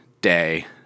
day